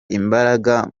imbaraga